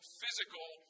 physical